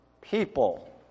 people